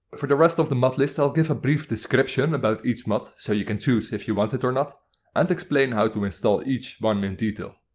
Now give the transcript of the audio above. for the rest of the mod list i'll give a brief describtion about each mod so you can choose if you want it or not and explain how to install each one in detail.